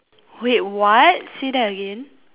wait what say that again